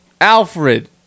Alfred